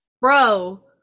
Bro